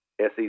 SEC